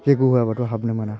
जैग्य' होआबाथ' हाबनो मोना